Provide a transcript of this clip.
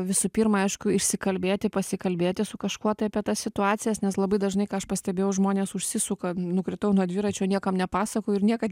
visų pirma aišku išsikalbėti pasikalbėti su kažkuo tai apie tas situacijas nes labai dažnai ką aš pastebėjau žmonės užsisuka nukritau nuo dviračio niekam nepasakoju ir niekad